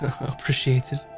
appreciated